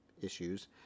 issues